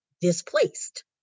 displaced